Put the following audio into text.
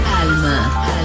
Alma